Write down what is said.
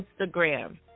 Instagram